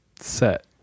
set